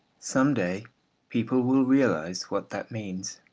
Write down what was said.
some day people will realise what that means.